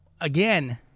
again